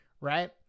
Right